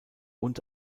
und